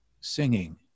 singing